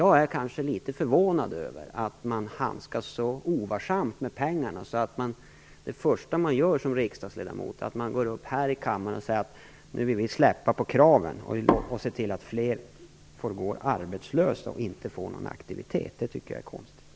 Jag är litet förvånad över att Rose-Marie Frebran handskas så ovarsamt med pengarna att det första man som riksdagsledamot gör är att gå upp i talarstolen och säga att hon vill släppa på kraven och därmed låta fler få gå arbetslösa. Det tycker jag är konstigt.